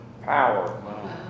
power